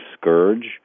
scourge